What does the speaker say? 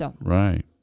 Right